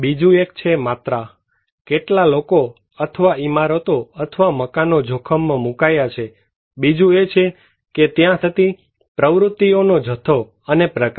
બીજું એક છે માત્રા કેટલા લોકો અથવા ઇમારતો અથવા મકાનો જોખમમાં મુકાયા છે બીજું એ છે કે ત્યાં થતી પ્રવૃત્તિઓનો જથ્થો અને પ્રકાર